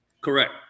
Correct